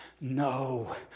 no